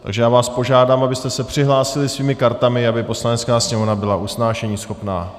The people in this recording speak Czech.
Takže já vás požádám, abyste se přihlásili svými kartami, aby Poslanecká sněmovna byla usnášeníschopná.